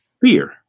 fear